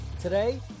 today